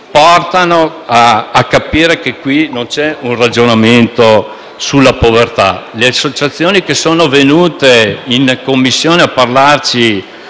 porta a capire che qui non c'è un ragionamento sulla povertà. Le associazioni che sono venute in Commissione a parlarci